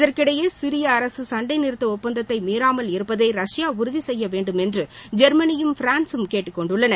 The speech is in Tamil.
இதற்கிடையே சிரிய அரசு சண்டை நிறத்த ஒப்பந்தத்தை மீறாமல் இருப்பதை ரஷ்யா உறுதி செய்யவேண்டும் என்று ஜெர்மளியும் பிரான்சும் கேட்டுக் கொண்டுள்ளன